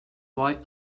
why